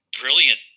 brilliant